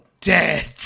dead